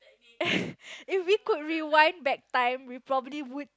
if we could rewind back time we probably would